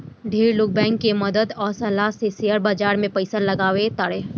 ढेर लोग बैंक के मदद आ सलाह से शेयर बाजार में पइसा लगावे तारे